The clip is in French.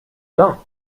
ben